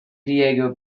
diego